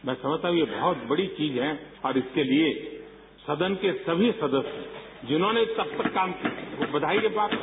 मैं समझता हूं ये एक बहुत बड़ी चीज हैं और इसके लिए सदन के सभी सदस्य जिन्होंने तब तक काम किया बधाई के पात्र हैं